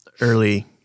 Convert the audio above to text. early